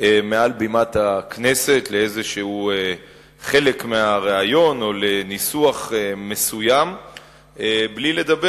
מעל בימת הכנסת לאיזה חלק מהריאיון או לניסוח מסוים בלי לדבר